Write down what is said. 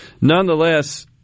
nonetheless